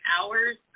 hours